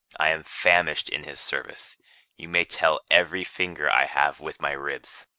i am famished in his service you may tell every finger i have with my ribs.